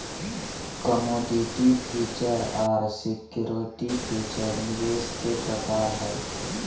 commodity future आर security future निवेश के प्रकार हय